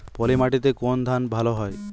পলিমাটিতে কোন ধান ভালো হয়?